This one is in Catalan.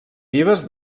vives